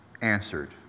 answered